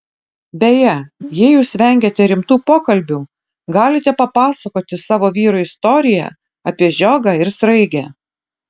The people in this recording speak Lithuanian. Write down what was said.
beje jei jūs vengiate rimtų pokalbių galite papasakoti savo vyrui istoriją apie žiogą ir sraigę